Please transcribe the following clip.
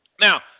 Now